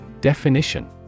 Definition